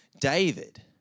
David